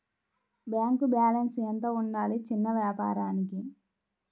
Bank balance ఎంత ఉండాలి చిన్న వ్యాపారానికి?